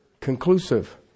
conclusive